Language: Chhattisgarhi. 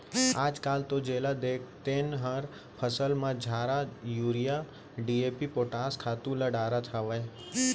आजकाल तो जेला देख तेन हर फसल म झारा यूरिया, डी.ए.पी, पोटास खातू ल डारत हावय